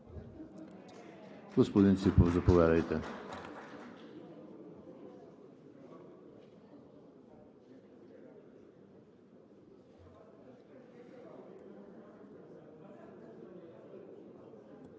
Господин Ципов, заповядайте.